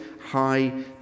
high